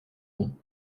ronds